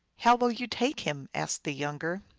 how will you take him? asked the younger.